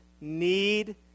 need